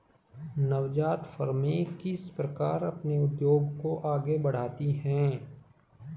नवजात फ़र्में किस प्रकार अपने उद्योग को आगे बढ़ाती हैं?